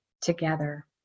together